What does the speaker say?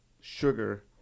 sugar